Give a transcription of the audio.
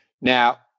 Now